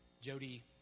Jody